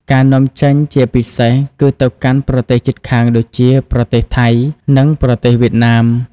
ការនាំចេញជាពិសេស គឺទៅកាន់ប្រទេសជិតខាងដូចជាប្រទេសថៃ និងប្រទេសវៀតណាម។